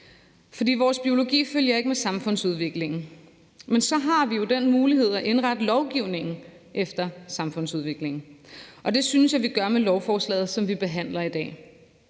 For vores biologi følger ikke med samfundsudviklingen, men vi har jo så den mulighed at indrette lovgivningen efter samfundsudviklingen, og det synes jeg at vi gør med lovforslaget, som vi behandler i dag.